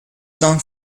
done